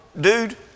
dude